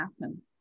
happen